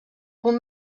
punt